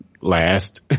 last